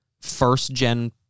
first-gen